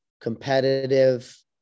competitive